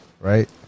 right